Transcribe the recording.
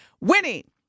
winning